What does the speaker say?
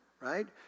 Right